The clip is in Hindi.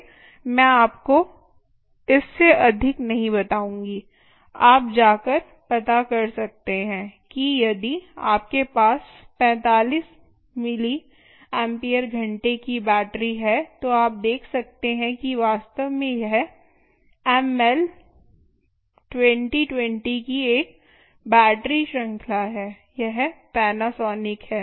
मैं आपको इससे अधिक नहीं बताउंगी आप जाकर पता कर सकते हैं कि यदि आपके पास 45 मिलिम्पेयर घंटे की बैटरी है तो आप देख सकते हैं कि वास्तव में यह ऍम एल 20 20 की एक बैटरी श्रृंखला यह पैनासोनिक से है